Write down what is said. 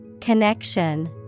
Connection